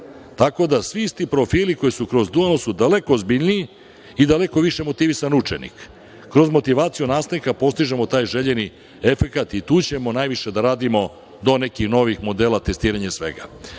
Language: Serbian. Tako da, svi isti profili koji su kroz dualno su daleko ozbiljniji i daleko više je motivisan učenik. Kroz motivaciju nastavnika postižemo taj željeni efekat i tu ćemo najviše da radimo do nekih novih modela testiranja